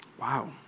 Wow